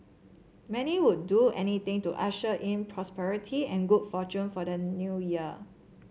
many would do anything to usher in prosperity and good fortune for the New Year